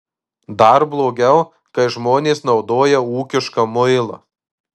dar blogiau kai žmonės naudoja ūkišką muilą